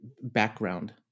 background